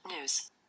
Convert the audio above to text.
news